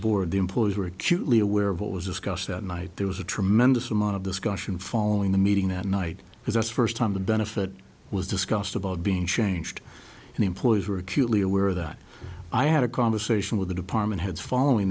board the employees were acutely aware of what was discussed that night there was a tremendous amount of discussion following the meeting that night because that's the first time the benefit was discussed about being changed and employees were acutely aware that i had a conversation with the department heads following